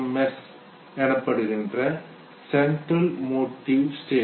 S central motive state